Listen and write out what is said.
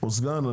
או סגן,